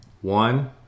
One